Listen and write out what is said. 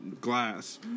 glass